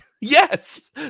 yes